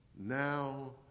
now